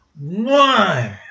One